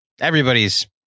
Everybody's